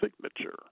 signature